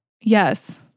Yes